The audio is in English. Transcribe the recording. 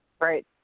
Right